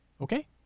Okay